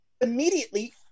immediately